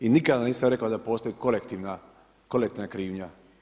I nikada nisam rekao da postoji kolektivna krivnja.